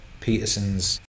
Peterson's